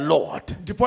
Lord